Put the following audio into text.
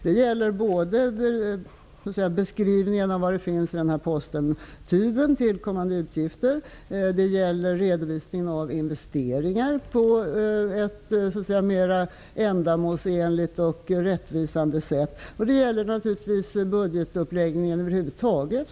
Det gäller både beskrivningen av vad som ingår i posten tuben, tillkommande utgifter, och redovisningen av investeringar på ett mera ändamålsenligt och rättvisande sätt och naturligtvis budgetuppläggningen över huvud taget.